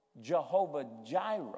Jehovah-Jireh